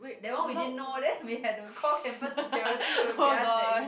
that one we didn't know then we had to call campus security to get us at in